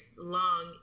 long